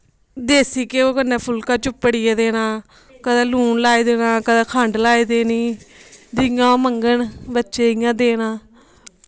देसी घ्यो कन्नै फुलका चुपड़िऐ देना कदैं लून लाई देना कदैं खण्ड लाई देनी जियां ओह् मंगन ओह् देना